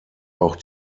auch